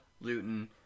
Luton